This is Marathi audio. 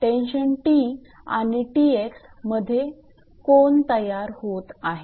टेन्शन 𝑇 आणि 𝑇𝑥 मध्ये कोन तयार होत आहे